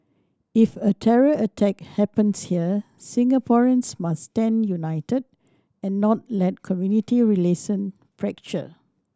if a terror attack happens here Singaporeans must stand united and not let community relation fracture